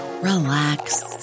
relax